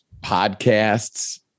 podcasts